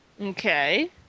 Okay